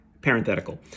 Parenthetical